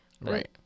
Right